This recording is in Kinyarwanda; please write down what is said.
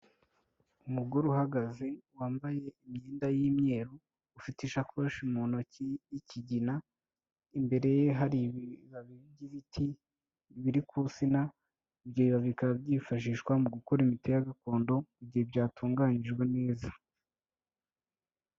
Umugore uhagaze wambaye imyenda y'imyeru ufite ishakoshi mu ntoki y'ikigina, imbere ye hari ibibabi by'ibiti biri ku nsina, ibyo bibabi bikaba byifashishwa mu gukora imiti ya gakondo mu gihe byatunganyijwe neza.